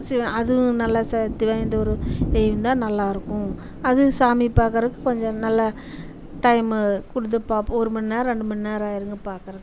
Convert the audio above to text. C அதுவும் நல்லா சக்தி வாய்ந்த ஒரு தெய்வந்தான் நல்லா இருக்கும் அதுவும் சாமி பார்க்குறக்கு கொஞ்சம் நல்லா டைம் கொடுத்து பார்ப்போம் ஒரு மணிநேரம் ரெண்டு மணிநேரம் ஆயிடுங்க பார்க்குறக்கு